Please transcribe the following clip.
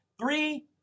Three